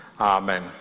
amen